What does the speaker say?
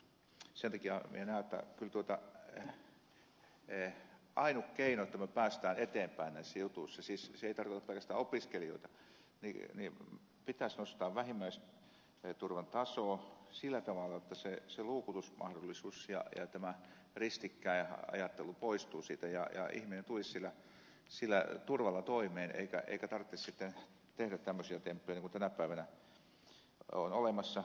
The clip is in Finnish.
sen takia minä näen jotta kyllä ainut keino jotta me päästään eteenpäin näissä jutuissa siis se ei tarkoita pelkästään opiskelijoita on että pitäisi nostaa vähimmäisturvan tasoa sillä tavalla jotta se luukutusmahdollisuus ja tämä ristikkäinajattelu poistuu siitä ja ihminen tulisi sillä turvalla toimeen eikä tarttis sitten tehdä tämmöisiä temppuja niin kuin tänä päivänä on olemassa